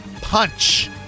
punch